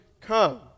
come